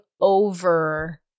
over